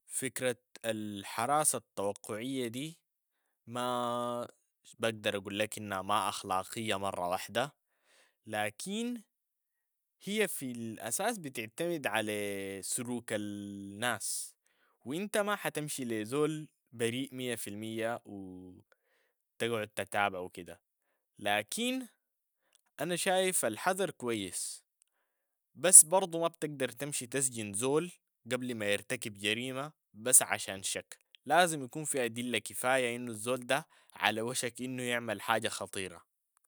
فكرة الحراسة التوقعية دي ما بقدر اقول ليك انها ما اخلاقية مرة واحدة، لكن هي في الاساس بتعتمد على سلوك ال- ناس و انت ما حتمشي لزول بريء مية في المية و تقعد تتابع و كده، لكن انا شايف الحذر كويس، بس برضو ما بتقدر تمشي تسجن زول قبل ما يرتكب جريمة بس عشان شك. لازم يكون في ادلة كفاية انو الزول ده على وشك انو يعمل حاجة خطيرة.